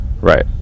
Right